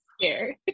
Scared